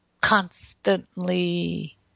constantly